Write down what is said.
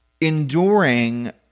enduring